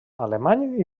alemany